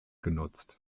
genutzt